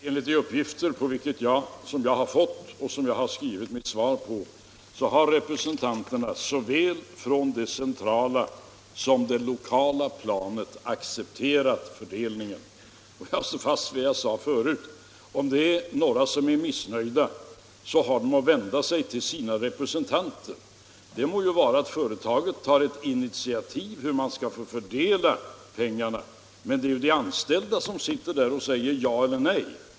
Herr talman! Enligt de uppgifter som jag har fått och som jag har skrivit mitt svar på har personalrepresentanterna på såväl det centrala som det lokala planet accepterat fördelningen. Jag står fast vid vad jag sade förut: Om några är missnöjda, har de att vända sig till sina representanter. Det må vara att företaget tar initiativ till hur pengarna skall fördelas, men det är de anställda som säger ja eller nej.